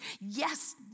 yes